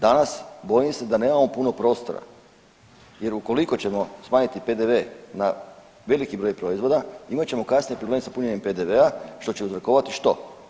Danas bojim se da nemamo puno prostora, jer ukoliko ćemo smanjiti PDV na veliki broj proizvoda imat ćemo kasnije problem sa punjenjem PDV-a što će uzrokovati što?